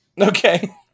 Okay